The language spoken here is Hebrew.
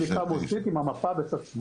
אנחנו